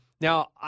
Now